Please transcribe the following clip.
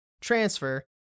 transfer